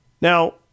Now